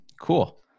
cool